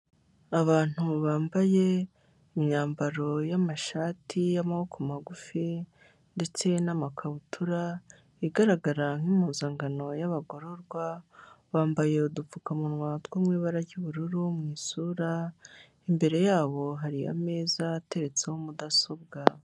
Abantu bambaye imyambaro y’amashati y'amaboko magufi ndetse n'amakabutura igaragara nk'impuzankano y'abagororwa, bambaye udupfukamunwa two mw’ibara ry'ubururu mw’isura, imbere yabo hari ameza ateretseho mudasobwa.